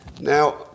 Now